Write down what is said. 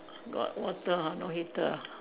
got water ah no heater ah